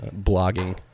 blogging